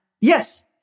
Yes